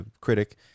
critic